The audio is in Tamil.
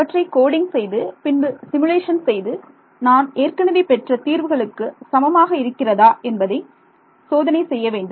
அவற்றை கோடிங் செய்து பின்பு சிமுலேஷன் செய்து நான் ஏற்கனவே பெற்ற தீர்வுகளுக்கு சமமாக இருக்கிறதா என்பதை சோதனை செய்ய வேண்டும்